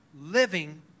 living